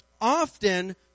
often